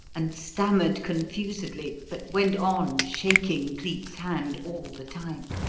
and stammered confusedly, but went on shaking cleek's hand all the time.